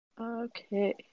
Okay